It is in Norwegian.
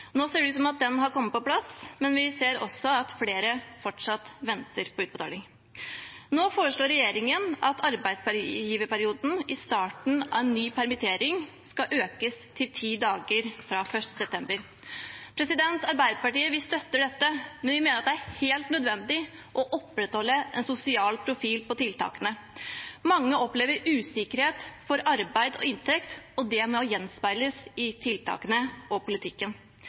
Nå ser det ut som om den har kommet på plass, men vi ser også at flere fortsatt venter på utbetaling. Nå foreslår regjeringen at arbeidsgiverperioden i starten av en ny permittering skal økes til ti dager fra 1. september. Arbeiderpartiet støtter dette, men vi mener det er helt nødvendig å opprettholde en sosial profil på tiltakene. Mange opplever usikkerhet for arbeid og inntekt, og det må gjenspeiles i tiltakene og i politikken.